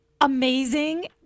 amazing